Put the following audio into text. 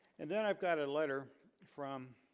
and then i've got a letter from